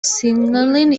signalling